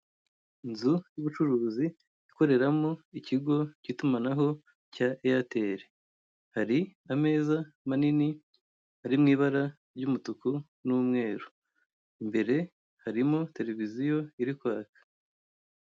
Inzu y'ubucuruzi ikoreramo ikigo cy'itumanaho cya Airtel hari ameza manini ari mu ibara ry'umutuku n'umweru ,imbere harimo tereviziyo iri kwaka.